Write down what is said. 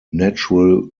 natural